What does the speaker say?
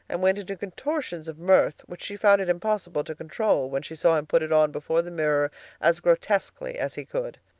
and went into contortions of mirth, which she found it impossible to control, when she saw him put it on before the mirror as grotesquely as he could.